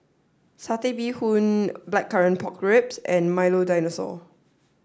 Satay Bee Hoon Blackcurrant Pork Ribs and Milo Dinosaur